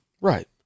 Right